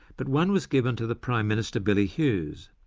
but one was given to the prime minister billy hughes.